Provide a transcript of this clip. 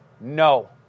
no